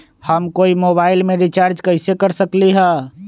हम कोई मोबाईल में रिचार्ज कईसे कर सकली ह?